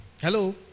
Hello